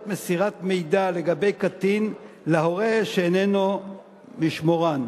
מסירת מידע לגבי קטין להורה שאיננו משמורן.